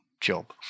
job